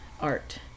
art